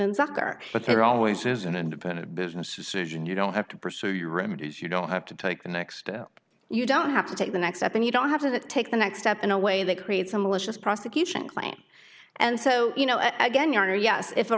in soccer but there always is an independent business decision you don't have to pursue your remedies you don't have to take the next you don't have to take the next step and you don't have to take the next step in a way that creates a malicious prosecution claim and so you know again you are yes if a